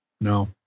no